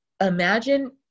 imagine